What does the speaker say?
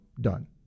done